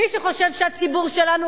מי שחושב שהציבור שלנו